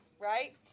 right